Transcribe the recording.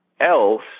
else